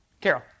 Carol